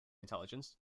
intelligence